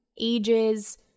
ages